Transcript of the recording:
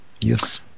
Yes